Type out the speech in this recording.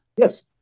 Yes